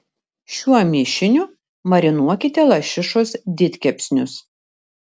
šiuo mišiniu marinuokite lašišos didkepsnius